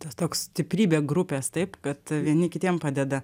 tas toks stiprybė grupės taip bet vieni kitiem padeda